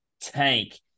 tank